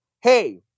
hey